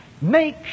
make